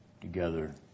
together